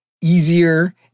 easier